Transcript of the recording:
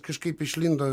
kažkaip išlindo